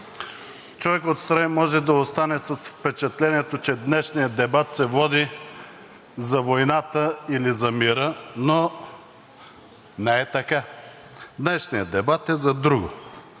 човек отстрани може да остане с впечатлението, че днешният дебат се води за войната или за мира, но не е така. Днешният дебат е за друго.